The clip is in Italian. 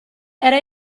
era